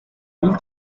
mille